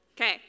Okay